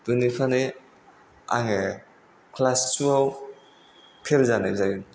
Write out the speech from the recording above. बेनिखाइनो आङो क्लास थुआव फेल जानाय जायो